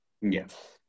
Yes